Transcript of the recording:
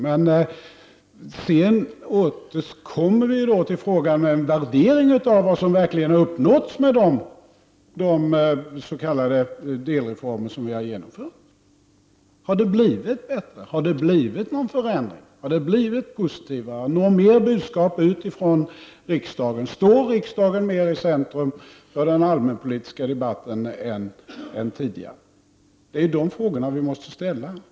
Men sedan kommer vi till en utvärdering av vad som verkligen har uppnåtts med de s.k. delreformer som vi har genomfört. Har det blivit bättre? Har det blivit någon positiv förändring? Når fler budskap ut från riksdagen? Står riksdagen numer i centrum för den allmänpolitiska debatten än tidigare? Det är de frågorna som vi måste ställa.